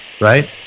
right